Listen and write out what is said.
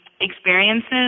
experiences